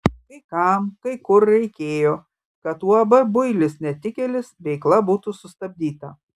kai kam kai kur reikėjo kad uab builis netikėlis veikla būtų sustabdyta